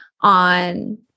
on